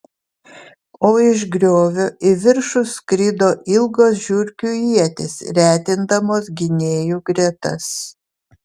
o iš griovio į viršų skrido ilgos žiurkių ietys retindamos gynėjų gretas